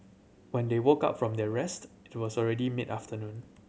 when they woke up from their rest it was already mid afternoon